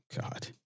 God